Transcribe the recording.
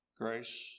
Grace